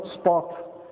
spot